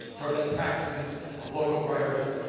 for best practices of local priorities.